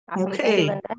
okay